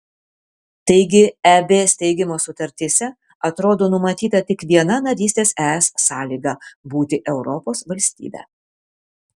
taigi eb steigimo sutartyse atrodo numatyta tik viena narystės es sąlyga būti europos valstybe